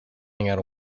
spelling